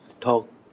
Talk